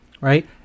Right